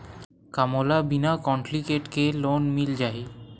का मोला बिना कौंटलीकेट के लोन मिल जाही?